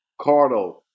Cardo